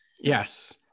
Yes